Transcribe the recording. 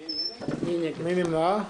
מי נמנע?